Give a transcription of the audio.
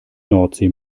nordsee